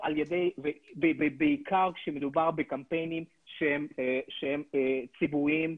בעיקר כשמדובר בקמפיינים שהם ציבוריים,